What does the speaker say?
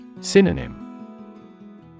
Synonym